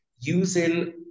using